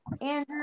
Andrew